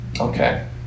Okay